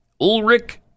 Ulrich